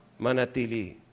Manatili